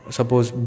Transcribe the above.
Suppose